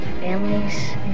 Families